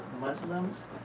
Muslims